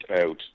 out